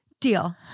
deal